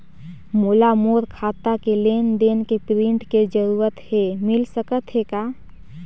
मोला मोर खाता के लेन देन के प्रिंट के जरूरत हे मिल सकत हे का?